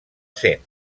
sent